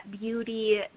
beauty